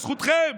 זכותכם.